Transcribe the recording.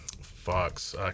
fox